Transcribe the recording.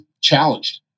challenged